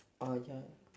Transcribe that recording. ah ya